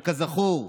שכזכור,